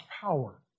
power